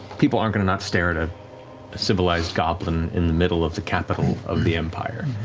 people aren't going to not stare at a civilized goblin in the middle of the capital of the empire.